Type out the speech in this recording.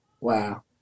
wow